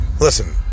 Listen